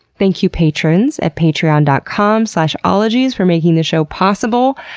thank you patrons, at patreon dot com slash ologies for making this show possible.